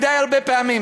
הרבה מדי פעמים.